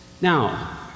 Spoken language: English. now